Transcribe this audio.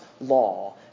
law